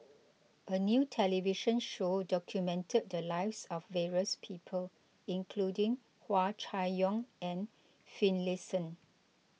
a new television show documented the lives of various people including Hua Chai Yong and Finlayson